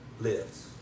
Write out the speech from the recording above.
lives